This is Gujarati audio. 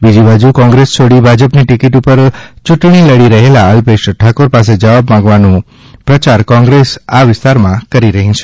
બીજી બાજુ કોંગ્રેસ છોડી ભાજપની ટિકિટ ઉપર ચૂંટણી લડી રહેલા અલ્પેશ ઠાકોર પાસે જવાબ માંગવાનો પ્રચાર કોંગ્રસ આ વિસ્તારમાં કરી રહી છે